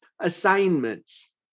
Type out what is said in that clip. assignments